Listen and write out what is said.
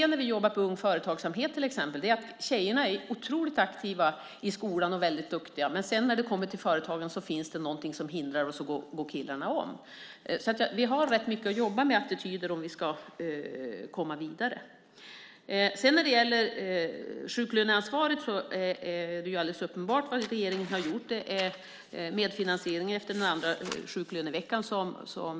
När vi jobbar med Ung företagsamhet kan vi se att tjejerna är otroligt aktiva och väldigt duktiga i skolan, men när det kommer till företagande är det något som hindrar och då går killarna om. Vi har rätt mycket att jobba med när det gäller attityder om vi ska komma vidare. När det gäller sjuklöneansvaret har regeringen tagit bort medfinansieringen efter andra sjuklöneveckan.